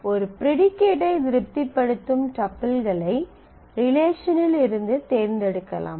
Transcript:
ஒரு ப்ரீடிகேட் ஐ திருப்திப்படுத்தும் டப்பிள்களை ரிலேஷன் இல் இருந்து தேர்ந்தெடுக்கலாம்